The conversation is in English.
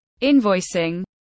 invoicing